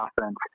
offense